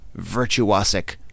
virtuosic